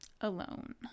alone